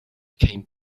came